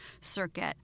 circuit